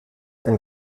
ein